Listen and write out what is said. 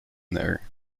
there